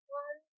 one